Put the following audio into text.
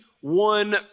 one